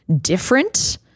different